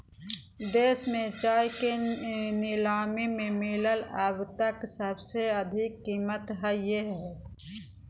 देश में चाय के नीलामी में मिलल अब तक सबसे अधिक कीमत हई